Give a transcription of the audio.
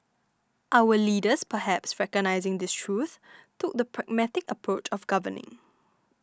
our leaders perhaps recognising this truth took the pragmatic approach of governing